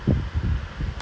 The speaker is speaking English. I don't know lah I mean